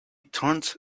turned